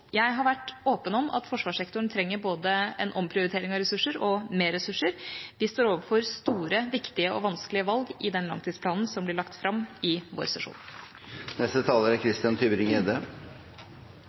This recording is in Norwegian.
Jeg har vært åpen om at forsvarssektoren trenger både en omprioritering av ressurser og mer ressurser. Vi står overfor store, viktige og vanskelige valg i den langtidsplanen som blir lagt fram i